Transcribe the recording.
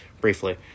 Briefly